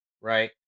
Right